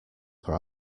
per